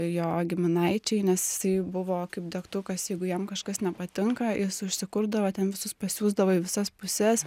jo giminaičiai nes jisai buvo kaip degtukas jeigu jam kažkas nepatinka jis užsikurdavo ten visus pasiųsdavo į visas puses